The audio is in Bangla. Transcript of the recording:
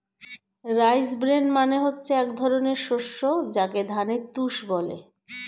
রাইস ব্রেন মানে হচ্ছে এক ধরনের শস্য যাকে ধানের তুষ বলে